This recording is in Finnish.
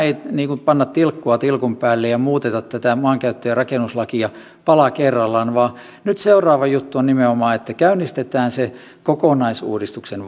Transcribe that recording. niin kuin tilkkua tilkun päälle ja muuteta tätä maankäyttö ja rakennuslakia pala kerrallaan vaan nyt seuraava juttu on nimenomaan se että käynnistetään se kokonaisuudistuksen